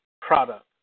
product